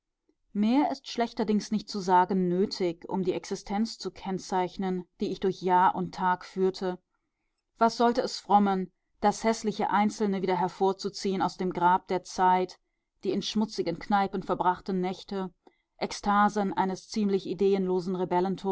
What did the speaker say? mehr ist schlechterdings nicht zu sagen nötig um die existenz zu kennzeichnen die ich durch jahr und tag führte was sollte es frommen das häßliche einzelne wieder hervorzuziehen aus dem grab der zeit die in schmutzigen kneipen verbrachten nächte ekstasen eines ziemlich ideenlosen